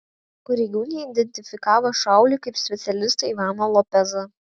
pareigūnai identifikavo šaulį kaip specialistą ivaną lopezą